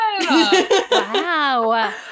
Wow